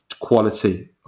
quality